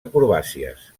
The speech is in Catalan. acrobàcies